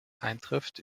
eintrifft